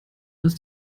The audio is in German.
ist